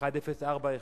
שאילתא 1041,